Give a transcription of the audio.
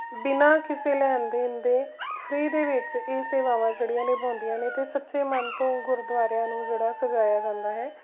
ਬਿਨਾਂ ਕਿਸੇ ਲੈਣ ਦੇਣ ਦੇ ਫਰੀ ਦੇ ਵਿੱਚ ਇਹ ਸੇਵਾਵਾਂ ਜਿਹੜੀਆਂ ਨਿਭਾਉਂਦੀਆਂ ਨੇ ਅਤੇ ਸੱਚੇ ਮਨ ਤੋਂ ਗੁਰਦੁਆਰਿਆਂ ਨੂੰ ਜਿਹੜਾ ਸਜਾਇਆ ਜਾਂਦਾ ਹੈ